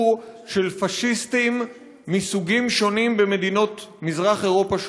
של פאשיסטים מסוגים שונים במדינות שונות במזרח אירופה,